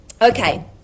Okay